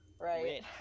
Right